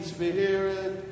Spirit